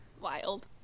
wild